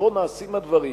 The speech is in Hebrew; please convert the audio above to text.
שבו נעשים הדברים,